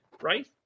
right